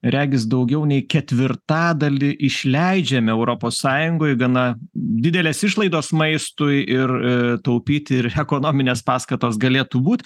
regis daugiau nei ketvirtadalį išleidžiame europos sąjungoj gana didelės išlaidos maistui ir taupyti ir ekonominės paskatos galėtų būt